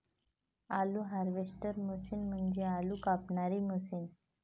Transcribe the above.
आलू harvester machine म्हणजे आलू कापणारी मशीन